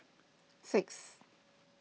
six